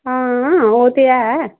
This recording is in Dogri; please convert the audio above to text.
हां ओह् ते ऐ